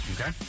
Okay